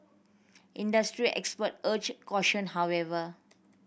industry expert urged caution however